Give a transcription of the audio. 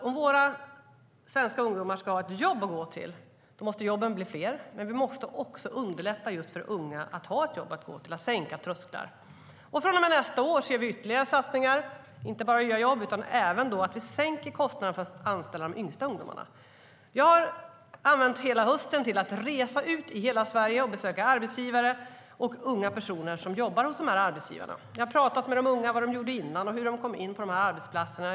Om våra svenska ungdomar ska ha ett jobb att gå till måste jobben bli fler, men vi också underlätta just för unga att ha ett jobb att gå till, att sänka trösklarna. Från och med nästa år ser vi ytterligare satsningar, inte bara YA-jobb utan också att vi sänker kostnaderna för att anställa de yngsta ungdomarna. Jag har använt hela hösten till att resa ut i hela Sverige och besöka arbetsgivare och unga personer som jobbar hos de arbetsgivarna. Jag har pratat med de unga om vad de gjorde innan och hur de kom in på de här arbetsplatserna.